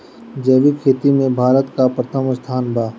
जैविक खेती में भारत का प्रथम स्थान बा